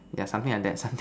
yeah something like that